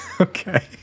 okay